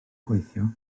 gweithio